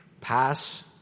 pass